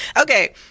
Okay